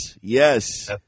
yes